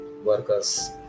Workers